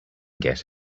get